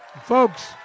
folks